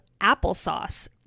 applesauce